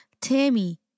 tammy